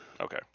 okay